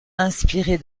inspirés